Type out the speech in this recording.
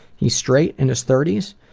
he's straight, in his thirties,